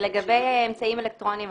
לגבי אמצעים אלקטרוניים,